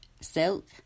silk